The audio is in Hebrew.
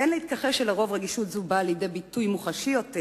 אין להתכחש לכך שעל-פי רוב רגישות זו באה לידי ביטוי מוחשי יותר